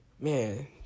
man